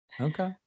okay